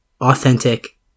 authentic